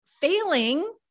Failing